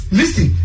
listen